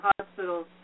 hospitals